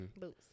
boots